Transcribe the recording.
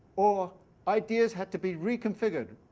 or ideas had to be reconfigured.